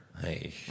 Hey